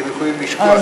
אתם יכולים לשכוח מזה,